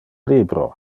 libro